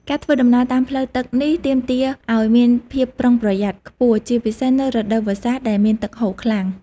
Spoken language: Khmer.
ការធ្វើដំណើរតាមផ្លូវទឹកនេះទាមទារឱ្យមានភាពប្រុងប្រយ័ត្នខ្ពស់ ជាពិសេសនៅរដូវវស្សាដែលមានទឹកហូរខ្លាំង។